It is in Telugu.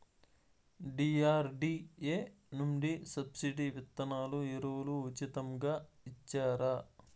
డి.ఆర్.డి.ఎ నుండి సబ్సిడి విత్తనాలు ఎరువులు ఉచితంగా ఇచ్చారా?